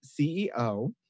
CEO